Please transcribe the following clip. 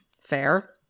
Fair